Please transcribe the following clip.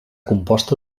composta